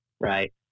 Right